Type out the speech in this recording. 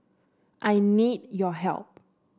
I need your help